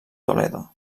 toledo